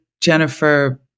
Jennifer